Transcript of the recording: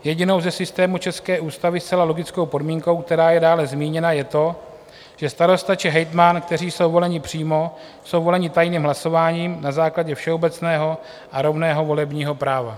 Jedinou ze systému české ústavy zcela logickou podmínkou, která je dále zmíněna, je to, že starosta či hejtman, kteří jsou voleni přímo, jsou voleni tajným hlasováním na základě všeobecného a rovného volebního práva.